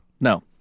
No